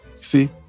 See